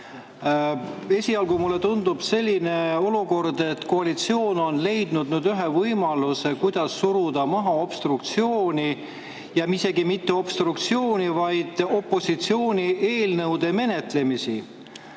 Esialgu mulle tundub olevat selline olukord, et koalitsioon on leidnud nüüd ühe võimaluse, kuidas suruda maha obstruktsiooni, ja isegi mitte obstruktsiooni, vaid opositsiooni eelnõude menetlemist.